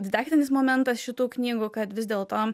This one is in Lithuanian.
didaktinis momentas šitų knygų kad vis dėlto